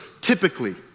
typically